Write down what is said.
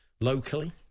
locally